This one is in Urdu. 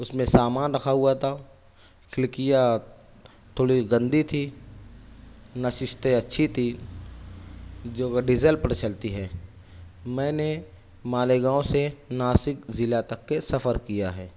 اس میں سامان رکھا ہوا تھا کھڑکیاں تھوڑی گندی تھی نشستیں اچھی تھی جوکہ ڈیزل پر چلتی ہے میں نے مالیگاؤں سے ناسک ضلع تک کے سفر کیا ہے